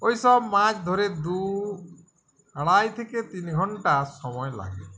ওই সব মাছ ধরে দু আড়াই থেকে তিন ঘণ্টা সময় লাগে